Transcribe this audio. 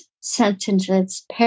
sentences